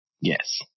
Yes